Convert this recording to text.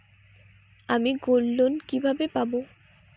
আমি গোল্ডলোন কিভাবে পাব?